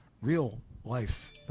real-life